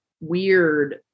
weird